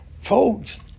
Folks